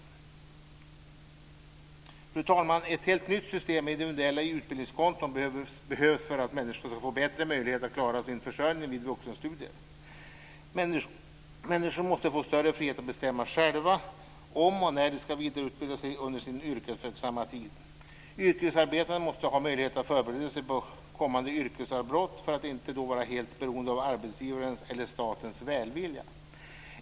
Fru talman! Ett helt nytt system med individuella utbildningskonton behövs för att människor ska få bättre möjlighet att klara sin försörjning vid vuxenstudier. Människor måste få större frihet att bestämma själva om och när de ska vidareutbilda sig under sin yrkesverksamma tid. Yrkesarbetande måste ha möjlighet att förbereda sig på kommande yrkesavbrott för att inte vara helt beroende av arbetsgivarens eller statens välvilja.